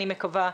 אני מקווה,